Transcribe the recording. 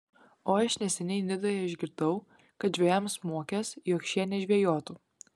o aš neseniai nidoje išgirdau kad žvejams mokės jog šie nežvejotų